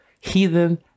heathen